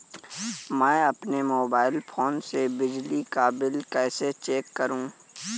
मैं अपने mobile phone से बिजली का बिल कैसे चेक करूं?